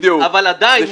אבל עדיין,